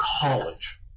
college